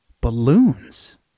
Balloons